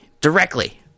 directly